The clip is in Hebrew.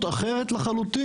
מדיניות אחרת לחלוטין,